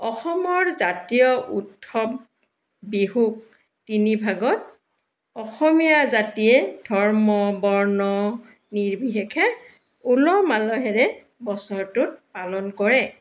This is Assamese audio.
অসমৰ জাতীয় উৎসৱ বিহুক তিনি ভাগত অসমীয়া জাতিয়ে ধৰ্ম বৰ্ণ নিৰ্বিশেষে উলহ মালহেৰে বছৰটোত পালন কৰে